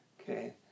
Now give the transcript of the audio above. Okay